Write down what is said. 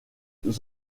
est